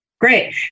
great